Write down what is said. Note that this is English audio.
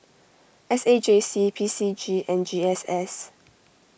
S A J C P C G and G S S